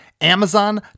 Amazon